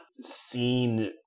seen